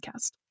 podcast